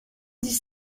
dix